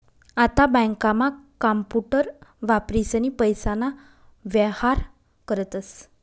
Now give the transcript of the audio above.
आता बँकांमा कांपूटर वापरीसनी पैसाना व्येहार करतस